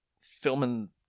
filming